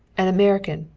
an american,